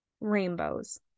rainbows